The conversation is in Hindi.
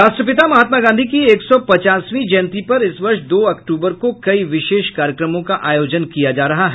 राष्ट्रपिता महात्मा गांधी की एक सौ पचासवीं जयन्ती पर इस वर्ष दो अक्टूबर को कई विशेष कार्यक्रमों का आयोजन किया जा रहा है